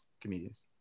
comedians